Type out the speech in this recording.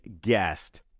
guest